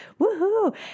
woohoo